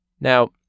Now